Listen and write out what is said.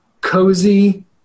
Cozy